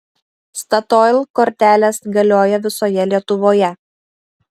statoil kortelės galioja visoje lietuvoje